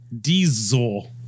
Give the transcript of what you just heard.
Diesel